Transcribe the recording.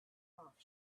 off